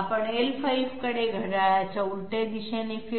आपण l5 कडे घड्याळाच्या उलट दिशेने फिरतो